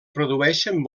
produeixen